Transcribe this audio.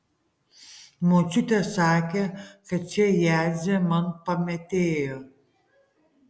močiutė sakė kad čia jadzė man pametėjo